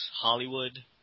Hollywood